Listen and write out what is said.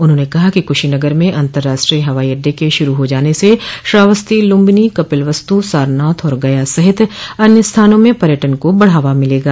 उन्होंने कहा कि कुशीनगर में अतर्राष्ट्रीय हवाई अड्डे के शुरू हो जाने से श्रावस्ती लुम्बिनी कपिलवस्तु सारनाथ और गया सहित अन्य स्थानों में पर्यटन को बढ़ावा मिलेगा